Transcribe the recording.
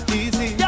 easy